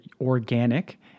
organic